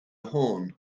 horn